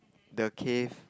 the cave